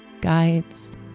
guides